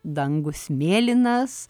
dangus mėlynas